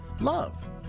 Love